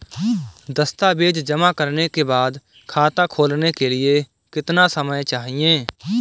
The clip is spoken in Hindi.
दस्तावेज़ जमा करने के बाद खाता खोलने के लिए कितना समय चाहिए?